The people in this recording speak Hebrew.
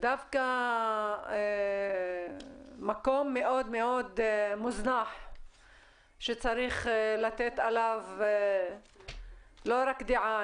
דווקא מקום מאוד מוזנח שצריך לתת עליו לא רק דעה,